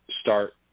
start